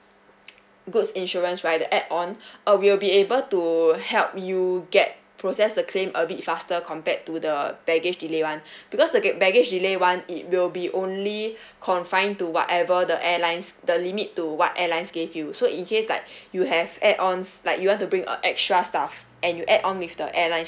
goods insurance right the add on uh we'll be able to help you get process the claim a bit faster compared to the baggage delay one because the g~ baggage delay one it will be only confined to whatever the airlines the limit to what airlines gave you so in case like you have add ons like you want to bring uh extra stuff and you add on with the airline